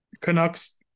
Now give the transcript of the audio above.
Canucks